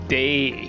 day